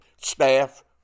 staff